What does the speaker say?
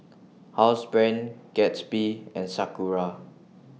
Housebrand Gatsby and Sakura